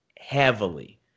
heavily